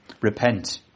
repent